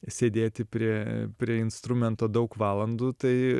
sėdėti prie prie instrumento daug valandų tai